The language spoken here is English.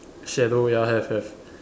shit I don't know ya have have